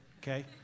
okay